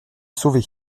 sauvé